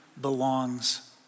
belongs